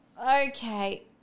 Okay